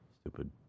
Stupid